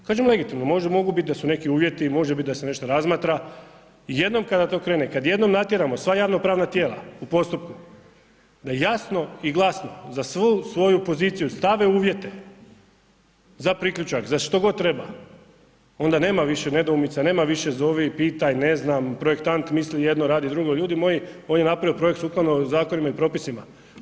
Kažem legitimno, mogu biti da su neki uvjeti, može biti da se nešto razmatra, jednom kada to krene, kada jednom natjeramo sva ravnopravna tijela u postupku, da jasno i glasno za svu svoju poziciju stave uvjete za priključak, za što god treba, onda nema više nedoumica, nema više zovi, pitaj, ne znam, projektant misli jedno, radi drugo, ljudi moji on je napravio projekt sukladno zakonima i propisima.